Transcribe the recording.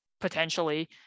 potentially